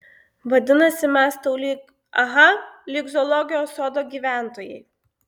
vadinasi mes tau lyg aha lyg zoologijos sodo gyventojai